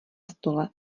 stole